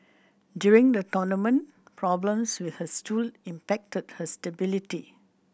during the tournament problems with her stool impacted her stability